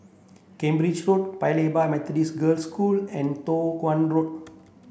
Cambridge Road Paya Lebar Methodist Girls' School and Teo Hong Road